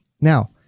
Now